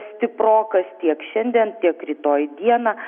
stiprokas tiek šiandien tiek rytoj dieną